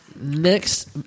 Next